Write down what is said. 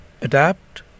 adapt